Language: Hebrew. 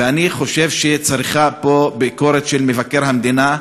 ואני חושב שצריך פה ביקורת של מבקר המדינה.